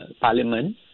parliament